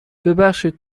ببخشید